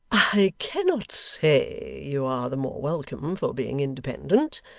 i cannot say you are the more welcome for being independent,